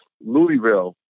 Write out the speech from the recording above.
Louisville